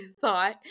thought